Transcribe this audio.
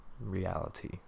reality